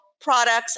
products